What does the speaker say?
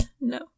No